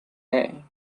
day